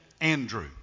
Andrew